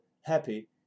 happy